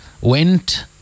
went